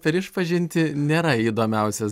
per išpažintį nėra įdomiausias